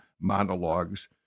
Monologues